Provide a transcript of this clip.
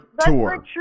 Tour